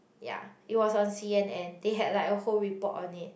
ya it was on c_n_n they had like a whole report on it